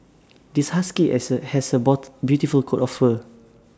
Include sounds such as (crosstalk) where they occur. this husky (unintelligible) has A (unintelligible) beautiful coat of fur